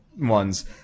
ones